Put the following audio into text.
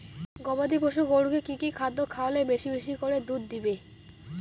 গবাদি পশু গরুকে কী কী খাদ্য খাওয়ালে বেশী বেশী করে দুধ দিবে?